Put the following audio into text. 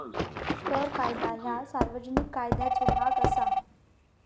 कर कायदा ह्या सार्वजनिक कायद्याचो भाग असा